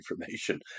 information